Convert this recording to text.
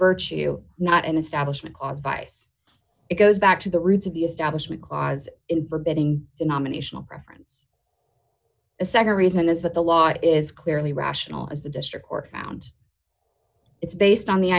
virtue not an establishment clause vice it goes back to the roots of the establishment clause in forbidding denominational preference the nd reason is that the law is clearly rational as the district court found it's based on the